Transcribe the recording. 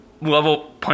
level